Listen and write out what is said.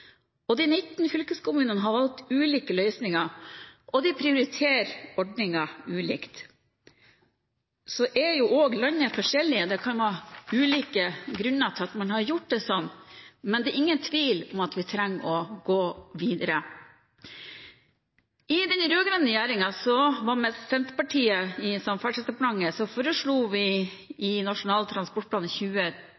kollektivtransporten. De 19 fylkeskommunene har valgt ulike løsninger, og de prioriterer ordningen ulikt. Så er jo også landet forskjellig, og det kan være ulike grunner til at man har gjort det sånn, men det er ingen tvil om at vi trenger å gå videre. I den rød-grønne regjeringen, med Senterpartiet i Samferdselsdepartementet, foreslo vi